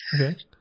Okay